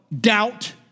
doubt